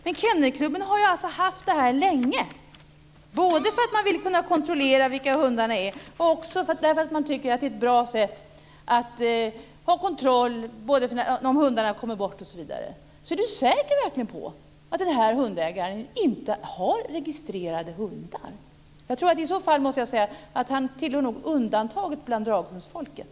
Men Kennelklubben har haft det här länge, både för att kunna kontrollera vilka hundarna är och för att det är ett bra sätt att ha kontroll om hundarna kommer bort osv. Är Anders Sjölund verkligen säker på att denne hundägare inte har registrerade hundar? I så fall tillhör han nog undantaget bland draghundsfolket.